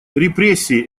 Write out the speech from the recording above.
репрессии